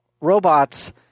Robots